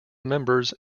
members